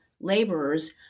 laborers